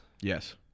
Yes